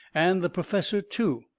and the perfessor too,